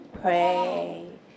pray